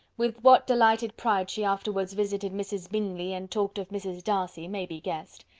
with what delighted pride she afterwards visited mrs. bingley, and talked of mrs. darcy, may be guessed.